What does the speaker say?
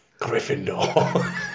Gryffindor